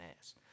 ass